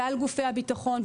כלל גופי הביטחון,